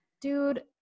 dude